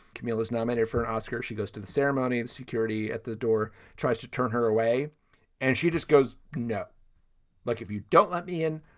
camille is nominated for an oscar. she goes to the ceremony and security at the door tries to turn her away and she just goes, no luck. if you don't let me in,